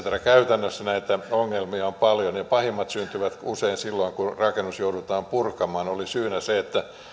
käytännössä näitä ongelmia on paljon ja pahimmat syntyvät usein silloin kun rakennus joudutaan purkamaan oli syynä se että